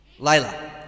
Layla